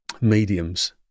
mediums